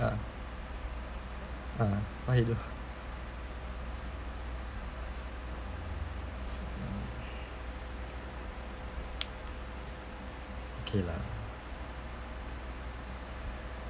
uh uh what he do okay lah